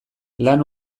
lan